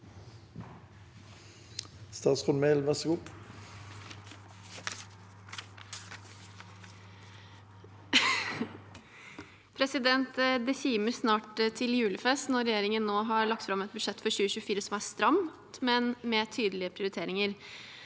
Statsråd Emilie Mehl Det kimer snart til julefest når regjeringen nå har lagt fram et budsjett for 2024, som er stramt, men med tydelige prioriteringer.